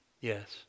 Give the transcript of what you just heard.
Yes